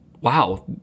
wow